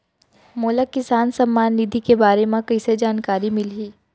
मोला किसान सम्मान निधि के बारे म कइसे जानकारी मिलही?